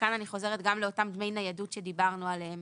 וכאן אני חוזרת גם לאותם דמי ניידות שדיברנו עליהם